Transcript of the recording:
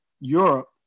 Europe